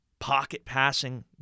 pocket-passing